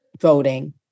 voting